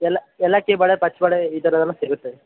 ಏಲ ಏಲಕ್ಕಿ ಬಾಳೆ ಪಚ್ಚಬಾಳೆ ಈ ಥರದ್ದು ಎಲ್ಲ ಸಿಗುತ್ತೆ